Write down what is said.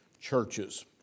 churches